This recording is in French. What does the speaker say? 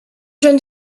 jeune